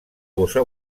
bossa